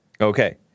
Okay